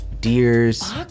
deers